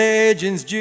Legends